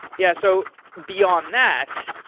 yeah. so beyond that,